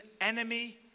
enemy